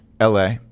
LA